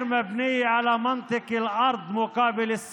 (אומר בערבית: